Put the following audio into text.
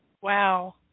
Wow